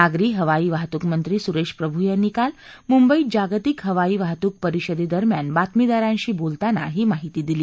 नागरी हवाई वाहतूक मंत्री सुरेश प्रभू यांनी काल मुंबईत जागतिक हवाई वाहतूक परिषदेदस्यान बातमीदारांशी बोलताना ही माहिती दिली